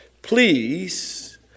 Please